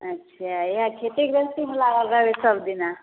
अच्छा इएह खेती गृहस्थीमे लागल रहबै सबदिना